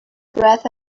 breath